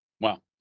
Wow